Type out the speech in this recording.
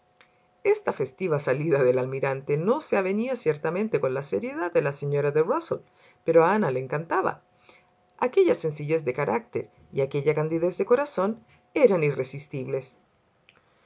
esta festiva salida del almirante no se avenía ciertamente con la seriedad de la señora de rusell pero a ana le encantaba aquella sencillez de carácter y aquella candidez de corazón eran irresistibles